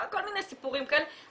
כל מיני סיפורים כאלה.